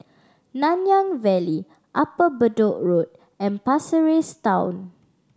Nanyang Valley Upper Bedok Road and Pasir Ris Town